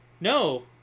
No